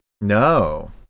No